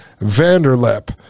Vanderlip